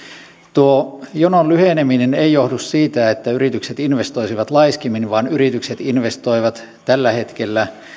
tuo jonon lyheneminen ei johdu siitä että yritykset investoisivat laiskemmin vaan yritykset investoivat tällä hetkellä